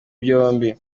byombi